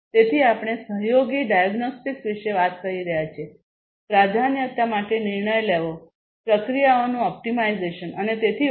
તેથી આપણે સહયોગી ડાયગ્નોસ્ટિક્સ વિશે વાત કરી રહ્યા છીએ પ્રાધાન્યતા માટે નિર્ણય લેવો પ્રક્રિયાઓનું ઓપ્ટિમાઇઝેશન અને તેથી વધુ